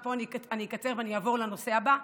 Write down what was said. ופה אני אקצר ואני אעבור לנושא הבא,